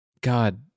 God